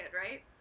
right